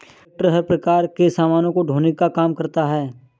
tractor हर प्रकार के सामानों को ढोने का काम करता है